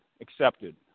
accepted